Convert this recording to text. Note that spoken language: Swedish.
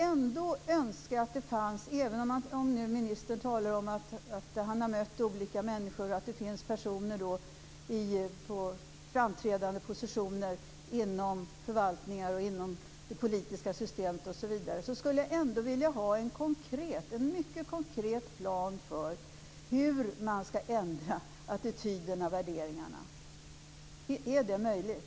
Även om ministern talar om att han har mött olika människor och att det finns personer på framträdande positioner inom förvaltningar, inom det politiska systemet osv. skulle jag vilja ha en mycket konkret plan för hur man ska ändra attityderna och värderingarna. Är det möjligt?